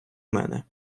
мене